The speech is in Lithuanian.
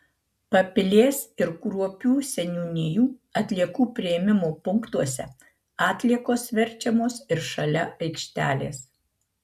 papilės ir kruopių seniūnijų atliekų priėmimo punktuose atliekos verčiamos ir šalia aikštelės